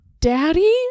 Daddy